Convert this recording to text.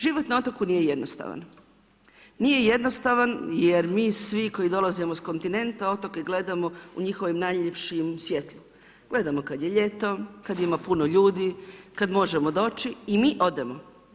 Život na otoku nije jednostavan, nije jednostavan jer mi svi koji dolazimo s kontinenta otoke gledamo u njihovim najljepšem svjetlu, gledamo kad je ljeto, kad ima puno ljudi, kad možemo doći i mi odemo.